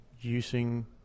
using